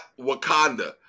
Wakanda